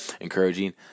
encouraging